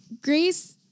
Grace